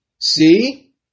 See